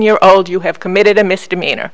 year old you have committed a misdemeanor